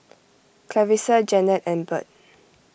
Clarisa Janet and Burt